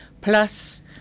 plus